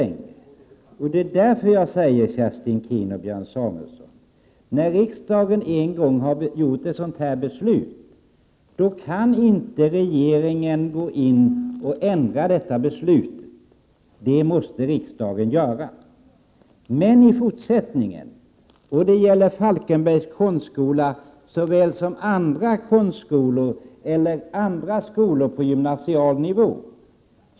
När riksdagen en gång har fattat ett sådant beslut, Kerstin Keen och Björn Samuelson, kan inte regeringen ändra detta beslut. Det är riksdagen som måste göra det. Detta gäller såväl Falkenbergs konstskola som andra konstskolor eller andra skolor på gymansial nivå.